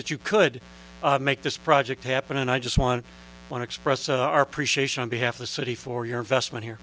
that you could make this project happen and i just want one express our appreciation on behalf of the city for your investment here